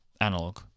analog